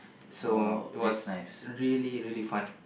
so it was really really fun